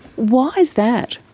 why is that?